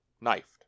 knifed